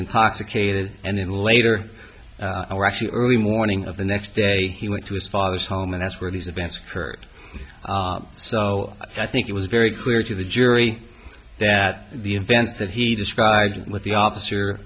intoxicated and then later or actually early morning of the next day he went to his father's home and that's where these events occurred so i think it was very clear to the jury that the events that he described with the officer